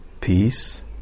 peace